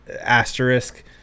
asterisk